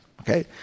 okay